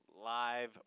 live